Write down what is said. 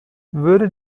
würde